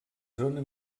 zona